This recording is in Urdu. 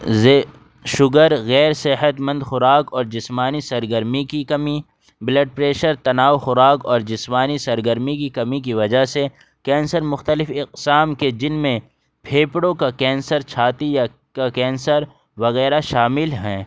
زے شوگر غیر صحتمند خوراک اور جسمانی سرگرمی کی کمی بلڈ پریشر تناؤ خوراک اور جسمانی سرگرمی کی کمی کی وجہ سے کینسر مختلف اقسام کے جن میں پھیپھڑوں کا کینسر چھاتی یا کینسر وغیرہ شامل ہیں